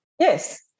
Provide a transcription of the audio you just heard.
Yes